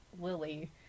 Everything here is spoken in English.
Lily